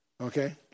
Okay